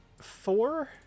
four